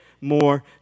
more